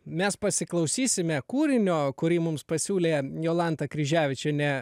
mes pasiklausysime kūrinio kurį mums pasiūlė jolanta kryževičienė